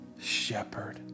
shepherd